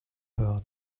her